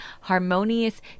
harmonious